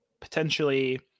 potentially